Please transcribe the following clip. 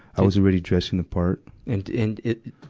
i was already dressing the part. and, and it,